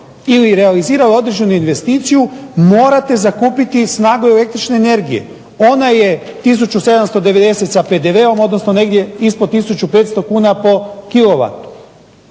ili realizirali određenu investiciju morate zakupiti snagu električne energije. Ona je tisuću 790 sa PDV-om odnosno negdje ispod tisuću 500 kn